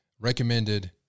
recommended